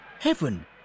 Heaven